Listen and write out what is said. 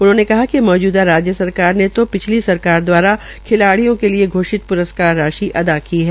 उन्होंने कहा कि मौजूदा राज्य सरकार ने तो पिछली सरकार दवारा खिलाड़ियों के लिए घोषित प्रस्कार राशि अदी की है